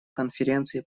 конференции